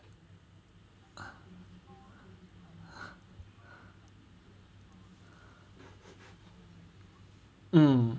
mm